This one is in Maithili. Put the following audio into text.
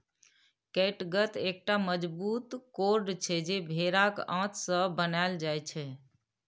कैटगत एकटा मजगूत कोर्ड छै जे भेराक आंत सँ बनाएल जाइ छै